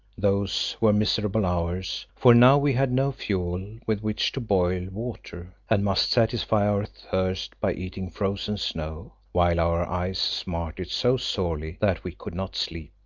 those were miserable hours, for now we had no fuel with which to boil water, and must satisfy our thirst by eating frozen snow, while our eyes smarted so sorely that we could not sleep,